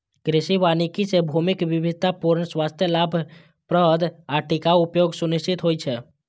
कृषि वानिकी सं भूमिक विविधतापूर्ण, स्वस्थ, लाभप्रद आ टिकाउ उपयोग सुनिश्चित होइ छै